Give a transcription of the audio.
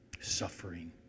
suffering